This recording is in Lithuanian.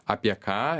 apie ką